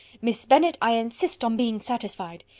miss bennet, i insist on being satisfied.